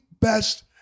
best